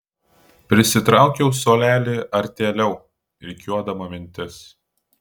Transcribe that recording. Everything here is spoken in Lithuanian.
prisitraukiau suolelį artėliau rikiuodama mintis